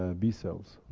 ah b-cells.